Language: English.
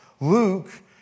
Luke